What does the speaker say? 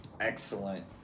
excellent